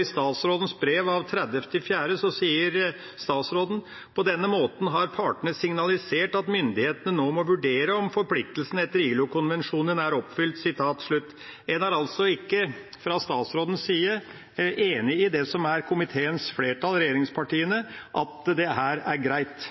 I statsrådens brev av 30. april 2018 sier hun: «På denne bakgrunn har partene signalisert at myndighetene nå må vurdere om forpliktelsene etter ILO-konvensjonen er oppfylt.» En er altså ikke, fra statsrådens side, enig i det som komiteens flertall, regjeringspartiene, sier, at dette er greit.